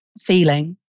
feeling